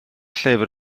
llyfr